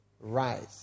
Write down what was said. rise